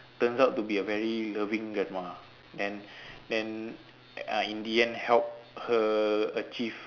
turns out to be a very loving grandma and and uh in the end help her achieve